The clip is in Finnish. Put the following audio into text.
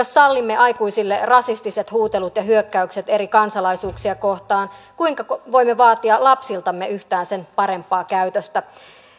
sallimme aikuisille rasistiset huutelut ja hyökkäykset eri kansalaisuuksia kohtaan kuinka voimme vaatia lapsiltamme yhtään sen parempaa käytöstä